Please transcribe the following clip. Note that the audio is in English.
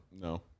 No